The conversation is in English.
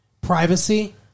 privacy